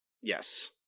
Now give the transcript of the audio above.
Yes